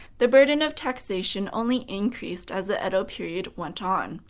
the burden of taxation only increased as the edo period went on.